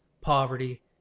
poverty